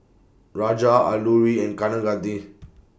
Raja Alluri and Kaneganti